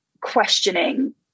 questioning